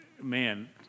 Man